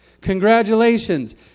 Congratulations